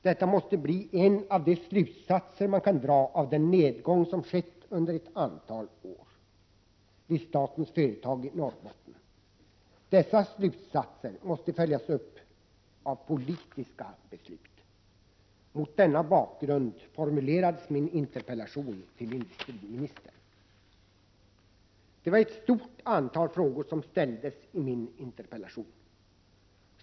Detta måste bli en av de slutsatser man drar av den nedgång som skett under ett antal år vid statens företag i Norrbotten. Dessa slutsater måste följas av politiska beslut. Mot denna bakgrund formulerades min interpellation till industriministern. Det var ett stort antal frågor som ställdes i min interpellation.